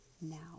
now